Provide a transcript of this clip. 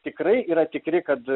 tikrai yra tikri kad